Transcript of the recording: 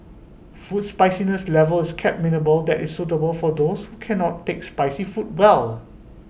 food spiciness level is kept mini that is suitable for those who cannot take spicy food well